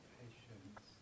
patience